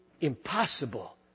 impossible